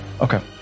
Okay